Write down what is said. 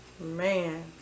Man